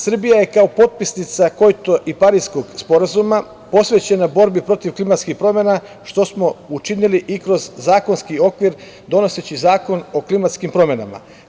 Srbija je kao potpisnica Kjoto i Pariskog sporazuma posvećena borbi protiv klimatskih promena, što smo učinili i kroz zakonski okvir donoseći zakon o klimatskim promenama.